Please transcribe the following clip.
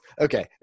Okay